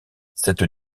cette